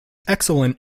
excellent